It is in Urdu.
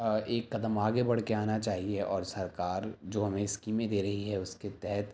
ایک قدم آگے بڑھ کے آنا چاہیے اور سرکار جو ہمیں اسکیمیں دے رہی ہے اس کے تحت